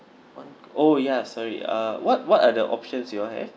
one coke oh ya sorry uh what what other options you have